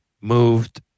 moved